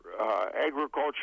agriculture